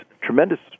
tremendous